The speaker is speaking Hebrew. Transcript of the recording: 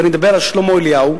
ואני מדבר על שלמה אליהו,